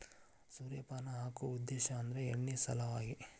ಸೂರ್ಯಪಾನ ಹಾಕು ಉದ್ದೇಶ ಅಂದ್ರ ಎಣ್ಣಿ ಸಲವಾಗಿ